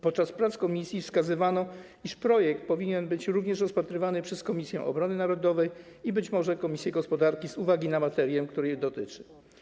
Podczas prac komisji wskazywano, iż projekt powinien być również rozpatrywany przez Komisję Obrony Narodowej i być może komisję gospodarki z uwagi na materię, której dotyczy.